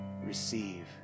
receive